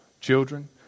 children